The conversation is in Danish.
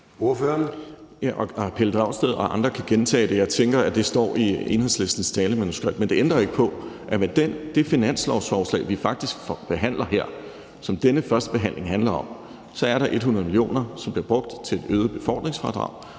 Pelle Dragsted og andre kan gentage det, så meget de vil – jeg tænker, det står i Enhedslistens talemanuskript – men det ændrer ikke på, at med det finanslovsforslag, som vi faktisk behandler her og denne førstebehandling handler om, er der 100 mio. kr., som bliver brugt til et øget befordringsfradrag,